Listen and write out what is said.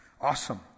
Awesome